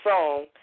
song